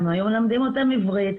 הם היו מלמדים אותם עברית,